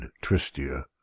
Tristia